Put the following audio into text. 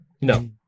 No